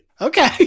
Okay